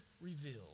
revealed